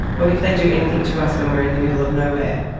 what if they do anything to us when we are in the middle of nowhere?